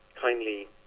kindly